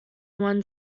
one